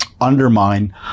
undermine